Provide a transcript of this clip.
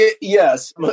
Yes